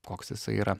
koks jisai yra